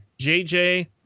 JJ